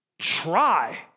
try